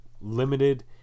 limited